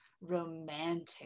Romantic